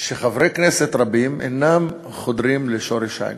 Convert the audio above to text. שחברי כנסת רבים אינם חודרים לשורש העניין,